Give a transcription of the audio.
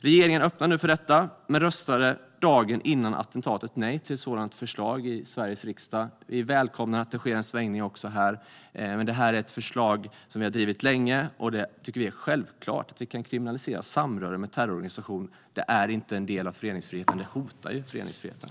Regeringen öppnar nu för detta men man röstade dagen före attentatet nej till ett sådant förslag i Sveriges riksdag. Vi välkomnar att det sker en svängning också här. Men detta är alltså ett förslag som vi har drivit länge. Vi tycker att det är självklart att vi ska kriminalisera samröre med terrororganisationer. Det är inte en del av föreningsfriheten, utan dessa organisationer hotar föreningsfriheten.